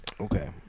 Okay